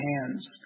hands